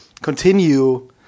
continue